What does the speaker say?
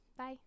Bye